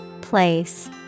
Place